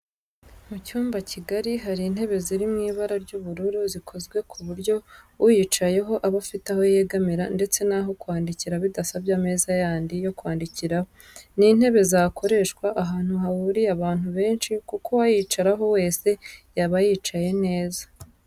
Mu cyumba kigari hari intebe ziri mu ibara ry'ubururu, zikozwe ku buryo uyicayeho aba afite aho yegamira ndetse n'aho kwandikira bidasabye ameza yandi yo kwandikiraho. Ni intebe zakoreshwa ahantu hahuriye abantu benshi kuko uwayicaraho wese yaba yicaye neza.